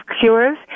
Cures